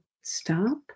stop